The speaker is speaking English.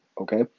okay